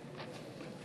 כינויים).